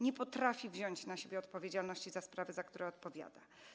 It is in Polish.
Nie potrafi wziąć na siebie odpowiedzialności za sprawy, za które odpowiada.